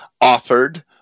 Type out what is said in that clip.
offered